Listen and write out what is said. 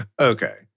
Okay